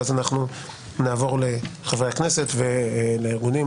ואז אנחנו נעבור לחברי הכנסת ולארגונים,